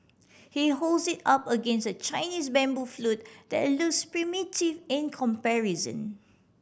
he holds it up against a Chinese bamboo flute that looks primitive in comparison